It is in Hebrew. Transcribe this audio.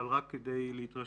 אבל רק כדי להתרשם.